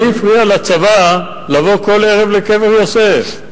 מי הפריע לצבא לבוא כל ערב לקבר יוסף?